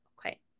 Okay